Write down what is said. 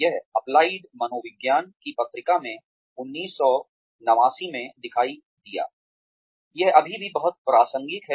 यह अप्लाईड मनोविज्ञान की पत्रिका में 1989 में दिखाई दिया यह अभी भी बहुत प्रासंगिक है